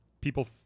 people